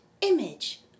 image